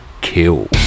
kill